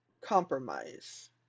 Compromise